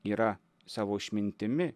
yra savo išmintimi